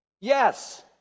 Yes